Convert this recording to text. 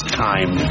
time